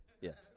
Yes